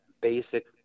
basic